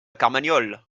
carmagnole